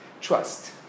Trust